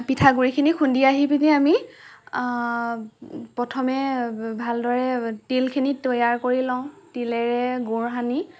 পিঠা গুৰিখিনি খুন্দি আহি পিনি আমি প্ৰথমে ভাল দৰে তিলখিনি তৈয়াৰ কৰি লওঁ তিলেৰে গুৰ সানি